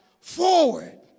forward